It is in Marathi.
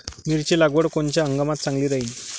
मिरची लागवड कोनच्या हंगामात चांगली राहीन?